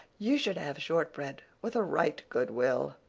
you should have shortbread with a right good will.